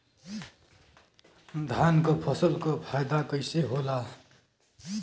धान क फसल क फायदा कईसे होला?